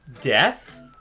death